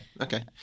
okay